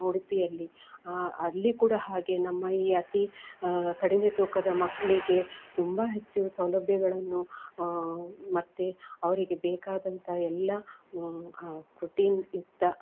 ಉಡುಪಿಯಲ್ಲಿ ಅಲ್ಲಿ ಕೂಡ ಹಾಗೆ ನಮ್ಮ ಈ ಅತಿ ಕಡಿಮೆ ತೂಕದ ಮಕ್ಕಳಿಗೆ ತುಂಬ ಹೆಚ್ಚು ಸೌಲಭ್ಯಗಳನ್ನು ಮತ್ತೆ ಅವರಿಗೆ ಬೇಕಾದಂಥ ಎಲ್ಲ ಪ್ರೊಟೀನ್ ಯುಕ್ತ